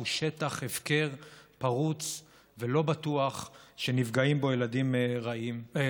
הוא שטח הפקר פרוץ ולא בטוח שנפגעים בו ילדים רבים.